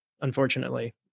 unfortunately